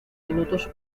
minutos